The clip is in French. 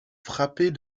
frapper